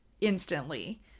instantly